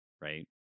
Right